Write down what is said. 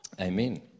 Amen